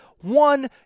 One